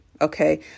okay